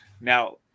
Now